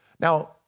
Now